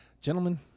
gentlemen